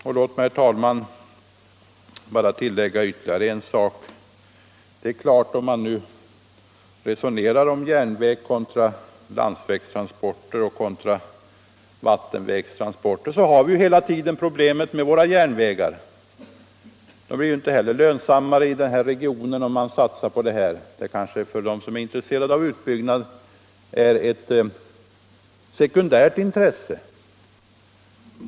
Låt mig, herr talman, bara tillägga ytterligare en sak. När man nu resonerar om järnvägsoch landsvägstransporter kontra vattenvägstransporter har vi hela tiden problemet med våra järnvägar. Järnvägarna blir ju inte heller lönsamma i den här regionen. För den som är intresserad av en utbyggnad kanske detta är ett sekundärt intresse.